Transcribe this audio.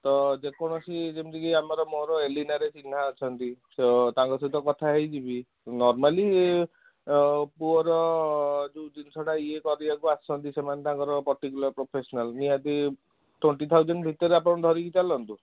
ତ ଯେକୌଣସି ଯେମିତି ଆମର ମୋର ଏଲିନାରେ ଚିହ୍ନା ଅଛନ୍ତି ତାଙ୍କ ସହ କଥା ହେଇଯିବି ନର୍ମାଲି ପୁଅର ଯେଉଁ ଜିନଷଟା ଇଏ କରିବାକୁ ଆସନ୍ତି ସେମାନେ ତାଙ୍କର ପର୍ଟିକୁଲାର ପ୍ରଫେସନାଲ୍ ନିହାତି ଟ୍ୱେଣ୍ଟି ଥାଉଜେଣ୍ଡ ଭିତରେ ଆପଣ ଧରିକି ଚାଲନ୍ତୁ